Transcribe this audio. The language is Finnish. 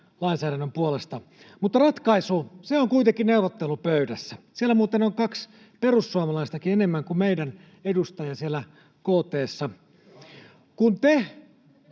lainsäädännön puolesta. Mutta ratkaisu on kuitenkin neuvottelupöydässä. Siellä KT:ssa muuten on kaksi perussuomalaistakin enemmän kuin meidän edustajia. [Eduskunnasta: